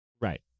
Right